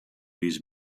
his